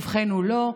ובכן, הוא לא.